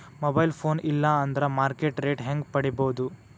Mobile phone ಇಲ್ಲಾ ಅಂದ್ರ market rate ಹೆಂಗ್ ಪಡಿಬೋದು?